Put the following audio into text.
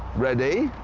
ready?